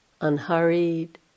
unhurried